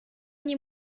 nie